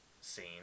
scene